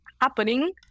happening